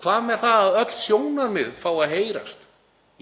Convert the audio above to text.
Hvað með að öll sjónarmið fái að heyrast